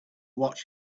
watch